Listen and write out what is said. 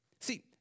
See